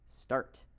start